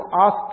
ask